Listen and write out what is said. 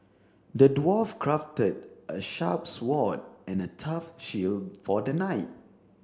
the dwarf crafted a sharp sword and a tough shield for the knight